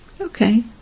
Okay